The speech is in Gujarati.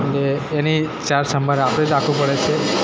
એટલે એની સારસંભાળ રાખવું રાખવી પડે છે